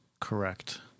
correct